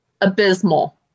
abysmal